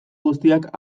guztiak